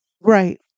Right